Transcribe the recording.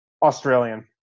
Australian